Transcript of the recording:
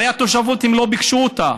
הרי התושבות, הם לא ביקשו אותה,